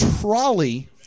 trolley